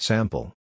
Sample